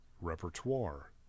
repertoire